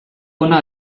hona